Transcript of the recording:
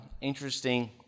interesting